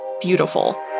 beautiful